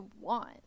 want